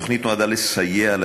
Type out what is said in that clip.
התוכנית נועדה לסייע,